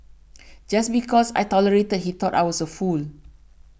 just because I tolerated he thought I was a fool